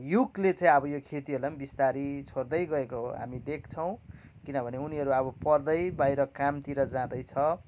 युगले चाहिँ अब यो खेतीहरूलाई पनि बिस्तारी छोड्दै गएको हामी देख्छौँ किनभने उनीहरू अब पढ्दै बाहिर कामतिर जादैँछ